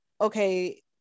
okay